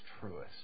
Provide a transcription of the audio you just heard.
truest